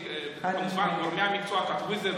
גורמי המקצוע כתבו את זה,